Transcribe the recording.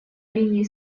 линии